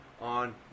on